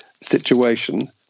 situation